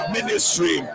Ministry